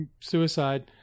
suicide